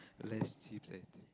less chips and